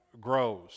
grows